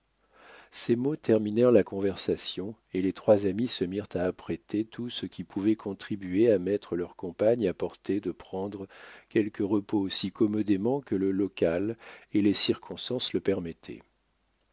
ces mots terminèrent la conversation et les trois amis se mirent à apprêter tout ce qui pouvait contribuer à mettre leurs compagnes à portée de prendre quelque repos aussi commodément que le local et les circonstances le